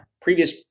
previous